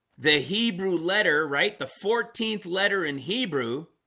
the hebrew letter right the fourteenth letter in hebrew